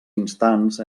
instants